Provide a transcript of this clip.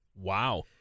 Wow